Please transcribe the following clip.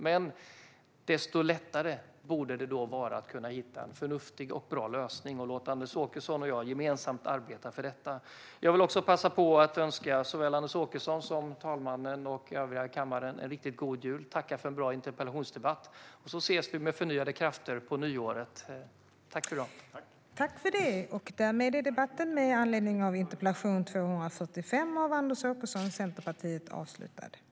Men desto lättare borde det då vara att hitta en förnuftig och bra lösning och låta Anders Åkesson och mig gemensamt arbeta för detta. Jag vill också passa på att önska såväl Anders Åkesson som fru talmannen och övriga kammaren en riktigt god jul. Jag tackar för en bra interpellationsdebatt, och så ses vi med förnyade krafter på det nya året.